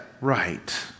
right